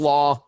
Law